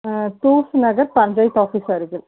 தூஸ் நகர் பஞ்சாயத்து ஆபிஸ் அருகில்